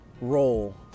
role